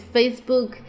Facebook